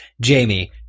Jamie